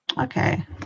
Okay